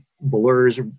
blurs